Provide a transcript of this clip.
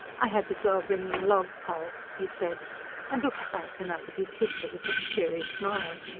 i had the girl bring in a log, poll, he said and looked back and up at his sister with his cheery smile.